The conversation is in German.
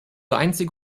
einzig